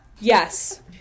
yes